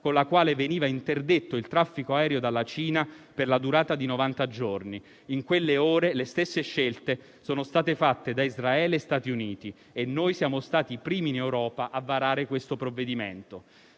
con la quale veniva interdetto il traffico aereo dalla Cina per la durata di 90 giorni. In quelle ore le stesse scelte sono state fatte da Israele e Stati Uniti e noi siamo stati i primi in Europa a varare questo provvedimento.